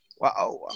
Wow